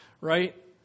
Right